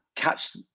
Catch